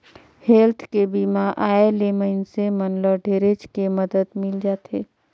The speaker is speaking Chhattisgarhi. हेल्थ के बीमा आय ले मइनसे मन ल ढेरेच के मदद मिल जाथे